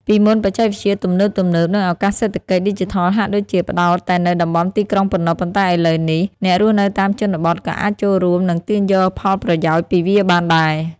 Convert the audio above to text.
ពីមុនបច្ចេកវិទ្យាទំនើបៗ និងឱកាសសេដ្ឋកិច្ចឌីជីថលហាក់ដូចជាផ្តោតតែនៅតំបន់ទីក្រុងប៉ុណ្ណោះ ប៉ុន្តែឥឡូវនេះ អ្នករស់នៅតាមជនបទក៏អាចចូលរួម និងទាញយកផលប្រយោជន៍ពីវាបានដែរ។។